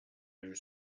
aller